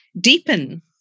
deepen